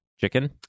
chicken